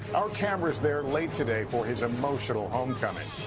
our cameras there late today for his emotional homecoming.